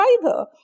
driver